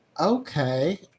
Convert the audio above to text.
okay